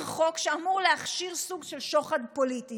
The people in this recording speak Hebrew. חוק שאמור להכשיר סוג של שוחד פוליטי,